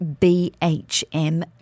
BHM